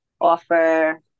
offer